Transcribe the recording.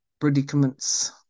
predicaments